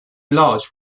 large